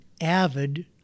avid